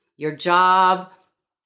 your job,